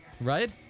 right